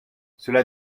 cela